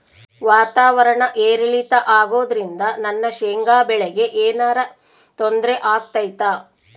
ವಾತಾವರಣ ಏರಿಳಿತ ಅಗೋದ್ರಿಂದ ನನ್ನ ಶೇಂಗಾ ಬೆಳೆಗೆ ಏನರ ತೊಂದ್ರೆ ಆಗ್ತೈತಾ?